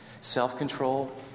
Self-control